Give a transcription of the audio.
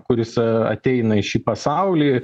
kuris ateina į šį pasaulį